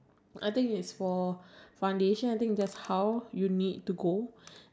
instead of using one pump use half a pump and then use it on your whole face